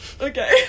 Okay